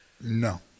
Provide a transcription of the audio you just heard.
No